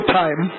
time